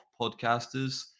podcasters